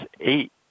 eight